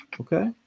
Okay